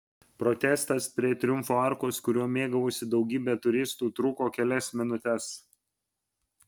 protestas prie triumfo arkos kuriuo mėgavosi daugybė turistų truko kelias minutes